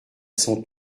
son